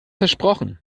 versprochen